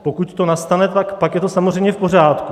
Pokud to nastane, tak pak je to samozřejmě v pořádku.